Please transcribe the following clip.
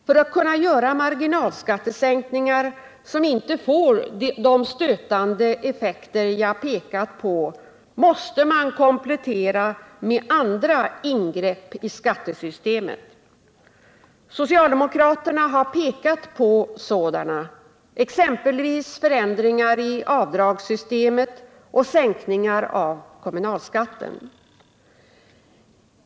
För att kunna göra marginalskattesänkningar, som inte får de stötande effekter jag pekat på, måste man komplettera med andra ingrepp i skattesystemet. Socialdemokraterna har pekat på sådana, exempelvis förändringar i avdragssystemet och sänkningar av kommunalskatten.